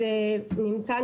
אז נמצא,